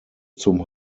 zum